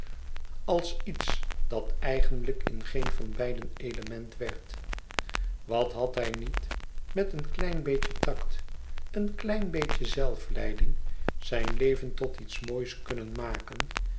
als iets dat eigenlijk in geen van beiden element werd wat had hij niet met een klein beetje tact een klein beetje zelfleiding zijn leven tot iets moois kunnen maken